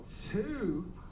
two